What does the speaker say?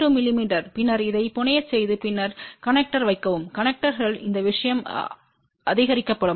2 மிமீ பின்னர் அதை புனையச் செய்து பின்னர் கனெக்டர்களில் வைக்கவும் கனெக்டர்கள் இந்த விஷயம் ஆதரிக்கப்படும்